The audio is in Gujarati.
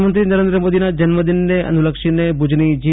પ્રધાનમંત્રી નરેન્દ્ર મોદીના જન્મદિનને અનુલક્ષીને ભુજની જી